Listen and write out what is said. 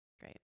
Great